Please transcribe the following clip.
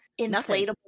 inflatable